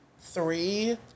three